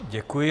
Děkuji.